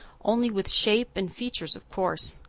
only with shape and features of course.